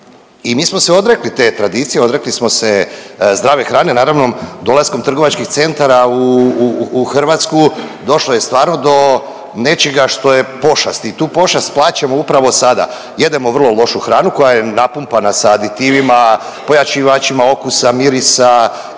i mi smo se odrekli te tradicije, odrekli smo se zdrave hrane, naravno dolaskom trgovačkih centara u Hrvatsku došlo je stvarno do nečega što je pošast i tu pošast plaćamo upravo sada, jedemo vrlo lošu hranu koja je napumpana sa aditivima, pojačivačima okusa, mirisa